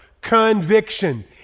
conviction